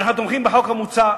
אנחנו תומכים בחוק המוצע.